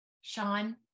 Sean